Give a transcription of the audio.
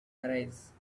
arise